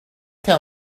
tell